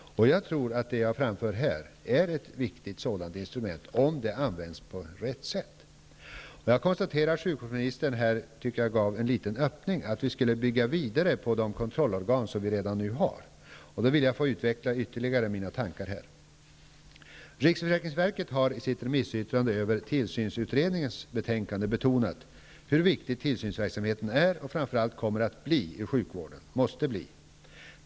Jag tror att det jag föreslår är ett viktigt sådant instrument, om det används på rätt sätt. Jag konstaterar att sjukvårdsministern gav en liten öppning, när han sade att vi skall bygga vidare på de kontrollorgan som vi redan har, och då vill jag utveckla mina tankar ytterligare här. Riksförsäkringsverket har i sitt remissyttrande över tillsynsutredningens betänkande betonat hur viktig tillsynsverksamheten inom sjukvården är och framför allt kommer att bli -- och måste bli.